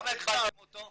למה הגבלתם אותו?